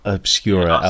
obscure